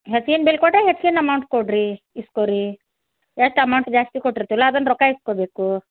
ಮತ್ತೇನು ಬಿಲ್ ಕೊಡ್ರಿ ಹೆಚ್ಗಿನ ಅಮೌಂಟ್ ಕೊಡ್ರಿ ಇಸ್ಕೊರೀ ಎಷ್ಟು ಅಮೌಂಟ್ ಜಾಸ್ತಿ ಕೊಟ್ಟು ಇರ್ತೀವಲ್ಲ ಅದನ್ನ ರೊಕ್ಕ ಇಟ್ಕೊಬೇಕು